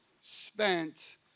spent